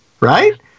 Right